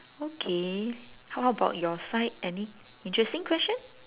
okay how about your side any interesting question